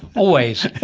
always!